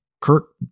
Kirk